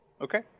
Okay